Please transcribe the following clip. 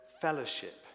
fellowship